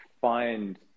find